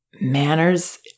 Manners